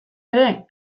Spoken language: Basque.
ere